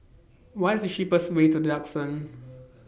What IS The cheapest Way to The Duxton